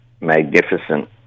magnificent